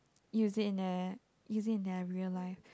use it in their use it in their real life